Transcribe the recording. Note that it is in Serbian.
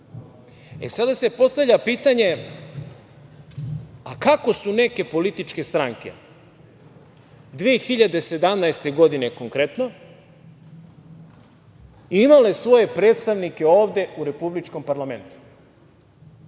Sada se postavlja pitanje - kako su neke političke stranke 2017. godine konkretno imale svoje predstavnike ovde u Republičkom parlamentu?